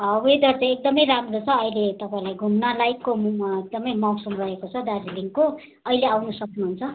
weather त एकदमै राम्रो छ अहिले तपाईँलाई घुम्न लायकको एकदमै मौसम रहेको छ दार्जिलिङको अहिले आउनु सक्नुहुन्छ